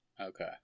Okay